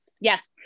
Yes